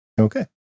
Okay